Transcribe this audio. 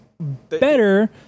better